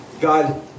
God